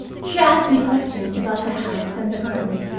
she asked me questions about the house and the garden.